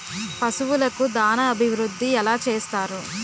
పశువులకు దాన అభివృద్ధి ఎలా చేస్తారు?